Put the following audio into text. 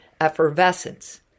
effervescence